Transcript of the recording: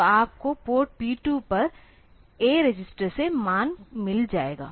तो आपको port P2 पर A रजिस्टर से मान मिल जाएगा